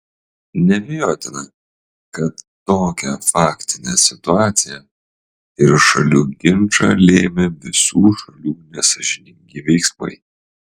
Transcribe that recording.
neabejotina kad tokią faktinę situaciją ir šalių ginčą lėmė visų šalių nesąžiningi veiksmai